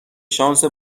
شانس